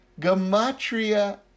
gamatria